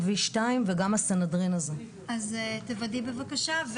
תוודאי בבקשה.